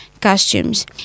Costumes